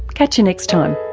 catch you next time.